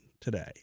today